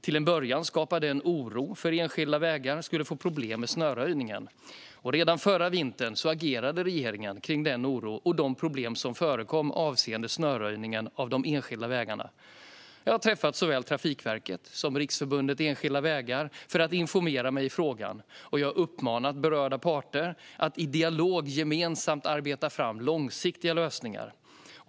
Till en början skapade det en oro för att enskilda vägar skulle få problem med snöröjningen. Redan förra vintern agerade regeringen kring den oro och de problem som förekom avseende snöröjningen av de enskilda vägarna. Jag har träffat såväl Trafikverket som Riksförbundet Enskilda Vägar för att informera mig i frågan. Jag har uppmanat berörda parter att i dialog gemensamt arbeta fram långsiktiga lösningar.